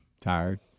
Tired